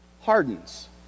hardens